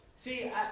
See